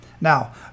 Now